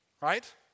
right